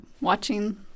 watching